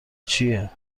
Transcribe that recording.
چیه